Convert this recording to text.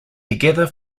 together